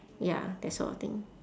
ya that sort of thing